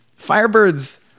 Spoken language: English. firebirds